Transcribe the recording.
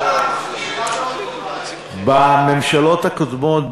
בממשלות הקודמות,